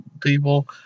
people